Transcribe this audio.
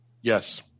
Yes